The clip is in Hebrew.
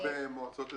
מה במועצות אזוריות,